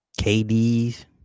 KD's